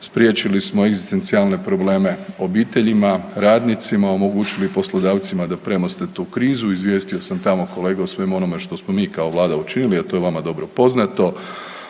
spriječili smo egzistencijalne probleme obiteljima, radnicima, omogućili poslodavcima da premoste tu krizu, izvijestio sam tamo kolege o svemu onome što smo mi kao Vlada učinili, a to je vama dobro poznato.